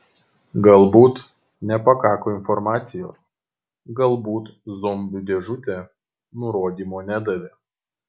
galbūt nepakako informacijos galbūt zombių dėžutė nurodymo nedavė